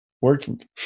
working